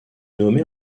nommée